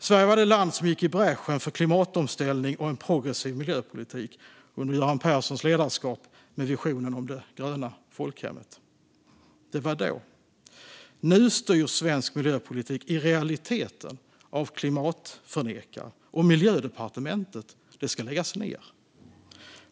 Sverige var det land som gick i bräschen för klimatomställning och en progressiv miljöpolitik, under Göran Perssons ledarskap med visionen om det gröna folkhemmet. Det var då. Nu styrs svensk miljöpolitik i realiteten av klimatförnekare, och Miljödepartementet ska läggas ned.